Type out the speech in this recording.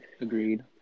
Agreed